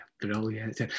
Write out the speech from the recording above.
brilliant